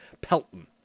Pelton